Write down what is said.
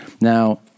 Now